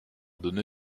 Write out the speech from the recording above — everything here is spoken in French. donné